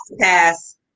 pass